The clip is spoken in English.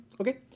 okay